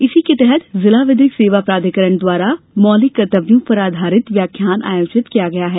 इसी के तहत जिला विधिक सेवा प्राधिकरण द्वारा मौलिक कर्त्तव्यों पर आधारित व्याख्यान आयोजित किया गया है